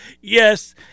Yes